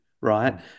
Right